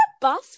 bus